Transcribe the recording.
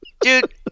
Dude